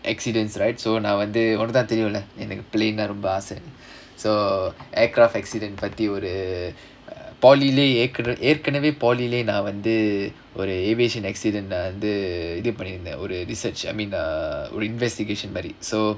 accidents right so நான் வந்து உனக்குத்தான் தெரியும்ல எனக்கு:naan vandhu unakkuthaan theriyumla enakku plane ரொம்ப ஆச:romba aasa so aircraft accident பத்தி ஒரு:pathi oru aviation accident வந்து இது பண்ணிருந்தேன்:vandhu idhu pannirunthaen research I mean uh investigation but it so